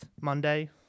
Monday